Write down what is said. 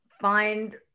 find